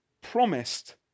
promised